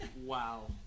Wow